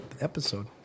episode